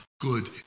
good